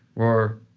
or